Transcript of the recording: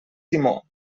timó